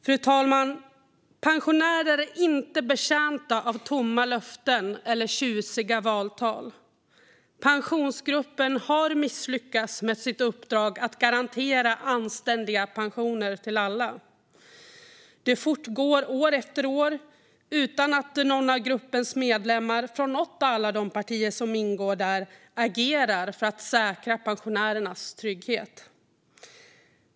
Fru talman! Pensionärer är inte betjänta av tomma löften eller tjusiga valtal. Pensionsgruppen har misslyckats med sitt uppdrag att garantera anständiga pensioner till alla. Detta fortgår år efter år, utan att någon av gruppens medlemmar från något av alla de partier som ingår agerar för att säkra pensionärernas trygghet.